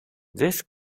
this